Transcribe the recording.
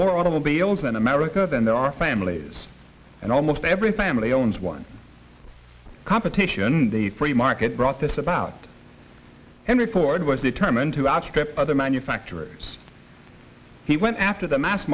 more automobiles in america than there are families and almost every family owns one competition the free market brought this about henry ford was determined to outstrip other manufacturers he went after the mass